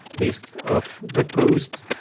lists of blog posts.